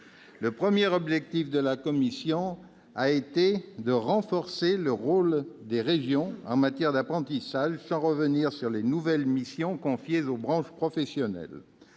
Le premier objectif de la commission a été de renforcer le rôle des régions en matière d'apprentissage, sans revenir sur les nouvelles missions confiées aux branches professionnelles.